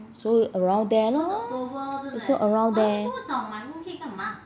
so around there lor so around there